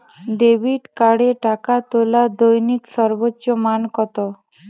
Debit কার্ডে টাকা তোলার দৈনিক সর্বোচ্চ মান কতো?